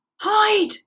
Hide